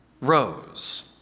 rose